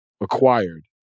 acquired